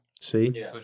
See